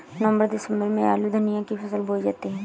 नवम्बर दिसम्बर में आलू धनिया की फसल बोई जाती है?